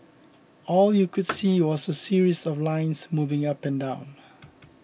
all you could see was a series of lines moving up and down